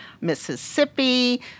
Mississippi